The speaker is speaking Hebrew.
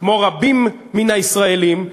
כמו רבים מן הישראלים,